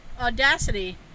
audacity